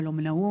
מלונאות.